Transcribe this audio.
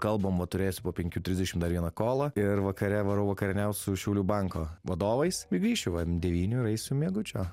kalbam va turėsiu po penkių trisdešimt dar vieną kolą ir vakare varau vakarieniaut su šiaulių banko vadovais ir grįšiu va ant devynių ir eisiu miegučio